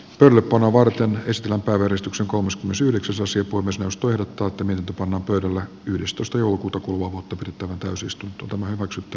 ylipainoa varten ristinu koristuksen komus myös yhdeksäsosa koko suostu irrottautuminen tupo on todella yhdistys turun kutukuopattu pirtu trosyskin tuntumaan kutsuttu